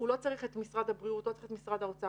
הוא לא צריך את משרד הבריאות ולא את משרד האוצר,